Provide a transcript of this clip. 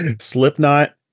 Slipknot